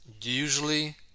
usually